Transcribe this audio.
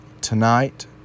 tonight